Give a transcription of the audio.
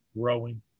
growing